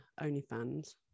OnlyFans